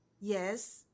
Yes